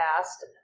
past